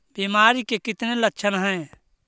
बीमारी के कितने लक्षण हैं?